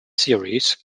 series